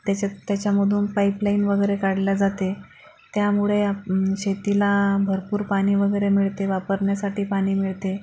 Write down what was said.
त्याच्यात त्याच्यामधून pipeline वगैरे काढली जाते त्यामुळे आ शेतीला भरपूर पाणी वगैरे मिळते वापरण्यासाठी पाणी मिळते